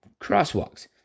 crosswalks